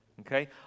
okay